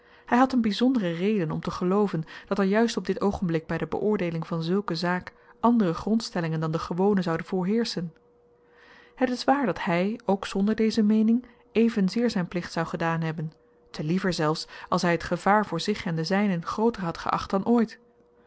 hy had een byzondere reden om te gelooven dat er juist op dit oogenblik by de beoordeeling van zulke zaak andere grondstellingen dan de gewone zouden voorheerschen het is waar dat hy ook zonder deze meening evenzeer zyn plicht zou gedaan hebben te liever zelfs als hy t gevaar voor zich en de zynen grooter had geacht dan ooit